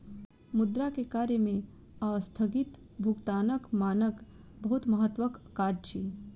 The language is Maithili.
मुद्रा के कार्य में अस्थगित भुगतानक मानक बहुत महत्वक काज अछि